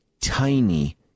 tiny